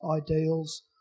ideals